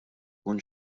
ikun